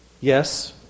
yes